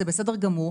זה בסדר גמור.